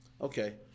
Okay